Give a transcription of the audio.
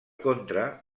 contra